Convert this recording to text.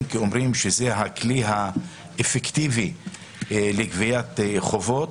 כי אומרים שזה הכלי האפקטיבי לגביית חובות,